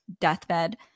deathbed